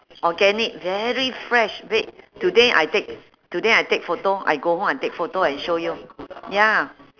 organic very fresh wait today I take today I take photo I go home I take photo and show you ya